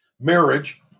Marriage